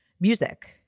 music